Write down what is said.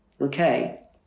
Okay